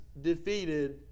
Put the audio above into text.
defeated